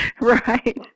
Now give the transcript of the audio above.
Right